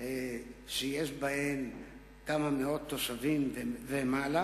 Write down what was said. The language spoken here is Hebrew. שיש בהן כמה מאות תושבים ומעלה,